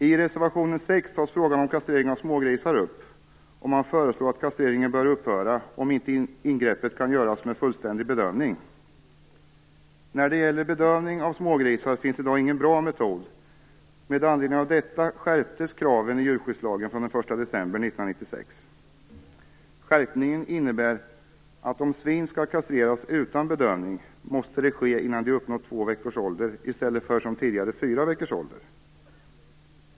I reservation 6 tas frågan om kastrering av smågrisar upp, och man föreslår att kastreringen bör upphöra om inte ingreppet kan göras med fullständig bedövning. Det finns i dag ingen bra metod för bedövning av smågrisar. Med anledning av detta skärptes kraven i djurskyddslagen från den 1 december 1996. Skärpningen innebär att om svin skall kastreras utan bedövning måste det ske innan de uppnått två veckors ålder i stället för som tidigare fyra veckors ålder.